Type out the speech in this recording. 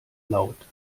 laut